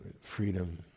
freedom